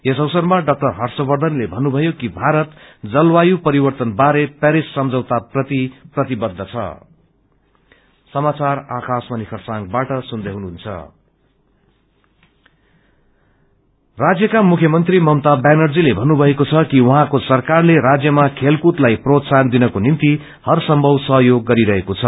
यस अवसरमा डा हर्षवर्षनले भन्नुभयो कि भारत जलवायु परिवर्तन बारे पेरिस सम्झौता प्रति वचनबद्ख ह सोर्टस् राज्यका मुख्यमन्त्री ममता ब्यानर्जीले भन्नुभएको छ कि उर्खौंको सरकारले राज्यमा खेलकूदलाई प्रोत्साहन दिनको निम्ति हर सम्भव सहयोग गरिरहेको छ